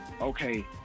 okay